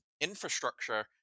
infrastructure